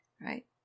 Right